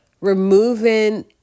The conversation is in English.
removing